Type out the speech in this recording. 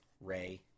Ray